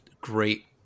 Great